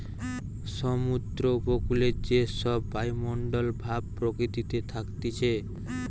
সমুদ্র উপকূলে যে সব বায়ুমণ্ডল ভাব প্রকৃতিতে থাকতিছে